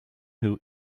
who